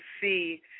see